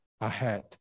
ahead